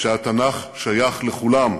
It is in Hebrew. שהתנ"ך שייך לכולם: